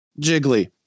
Jiggly